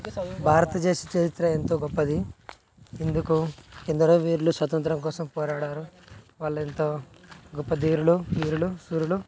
భారతదేశ చరిత్ర ఎంతో గొప్పది ఇందుకు ఎందరో వీరులు స్వాతంత్య్రం కోసం పోరాడారు వాళ్ళ ఎంతో గొప్ప ధీరులు వీరులు సూరులు